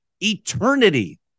eternity